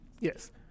Yes